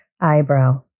Eyebrow